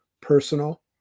personal